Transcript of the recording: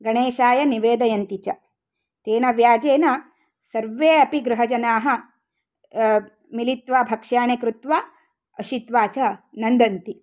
गणेशाय निवेदयन्ति च तेन व्याजेन सर्वे अपि गृहजनाः मिलित्वा भक्ष्यानि कृत्वा अशित्वा च नन्दन्ति